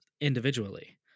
individually